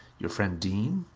your friend dean,